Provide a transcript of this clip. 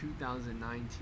2019